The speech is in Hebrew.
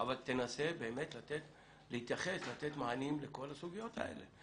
אבל תנסה באמת לתת מענים לכל הסוגיות האלה.